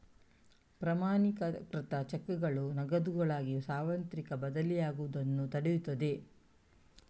ಪ್ರಮಾಣೀಕೃತ ಚೆಕ್ಗಳು ನಗದುಗಾಗಿ ಸಾರ್ವತ್ರಿಕ ಬದಲಿಯಾಗುವುದನ್ನು ತಡೆಯುತ್ತದೆ